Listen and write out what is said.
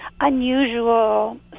unusual